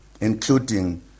including